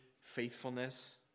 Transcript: faithfulness